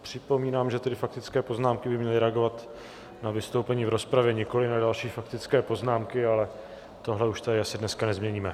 Připomínám, že faktické poznámky by měly reagovat na vystoupení v rozpravě, nikoli na další faktické poznámky, ale tohle už tady asi dneska nezměníme.